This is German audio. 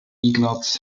ignaz